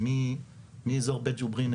זה מאזור בית גוברין,